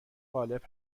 غالب